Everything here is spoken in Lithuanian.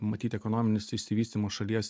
matyt ekonominis išsivystymo šalies